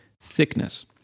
thickness